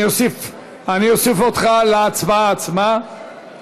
9), התשע"ז 2017, נתקבל.